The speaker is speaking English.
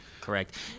Correct